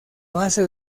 base